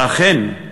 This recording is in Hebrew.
ואכן,